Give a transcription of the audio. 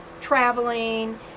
traveling